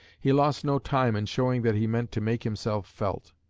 he lost no time in showing that he meant to make himself felt.